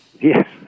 Yes